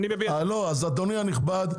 אדוני הנכבד,